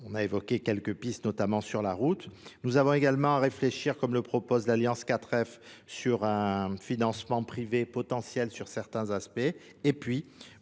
on a évoqué quelques pistes notamment sur la route. Nous avons également à réfléchir comme le propose l'Alliance 4F sur un financement privé potentiel sur certains aspects.